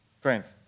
friends